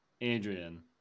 Adrian